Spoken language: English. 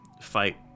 fight